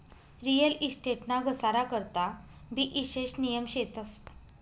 real estate ना घसारा करता भी ईशेष नियम शेतस